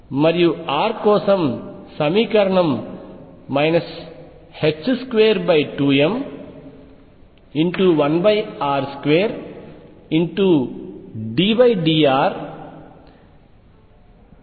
మరియు r కోసం సమీకరణం 22m1r2ddrr2dRdrll122mr2RVrRER